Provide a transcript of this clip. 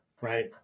right